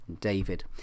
David